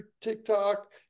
TikTok